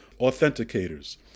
authenticators